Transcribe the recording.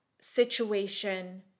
situation